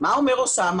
מה אומר אוסאמה?